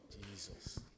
Jesus